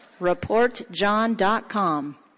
Reportjohn.com